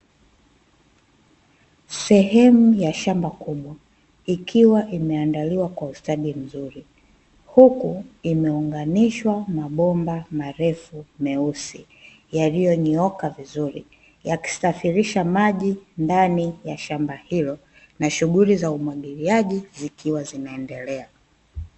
Sehemu ya shamba kubwa, ikiwa imeandaliwa kwa ustadi mzuri huku imeunganishwa na bomba marefu meusi yaliyonyooka vizuri. Yakisafirisha maji ndani ya shamba hilo, na shughuli za umwagiliaji zikiwa zinaendelea.